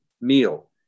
meal